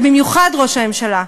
ובמיוחד ראש הממשלה.